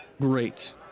Great